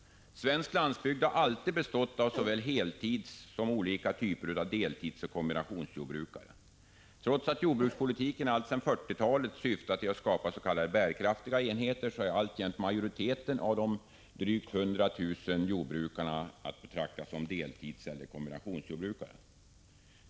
Svenskt lantbruk har alltid bestått av såväl heltidssom olika typer av deltidsoch kombinationsjordbruk. Trots att jordbrukspolitiken alltsedan 1940-talet syftat till att skapa s.k. bärkraftiga enheter är alltjämt majoriteten av de drygt 100 000 jordbrukarna att betrakta som deltidseller kombinationsjordbrukare.